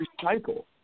recycle